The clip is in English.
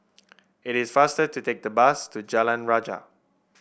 it is faster to take the bus to Jalan Rajah